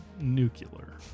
Nuclear